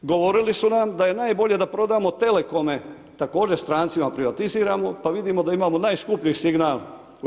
Govorili su nam da je najbolje da prodamo telekome, također strancima privatiziramo, pa vidimo da imamo najskuplji signal u EU.